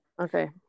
Okay